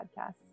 podcasts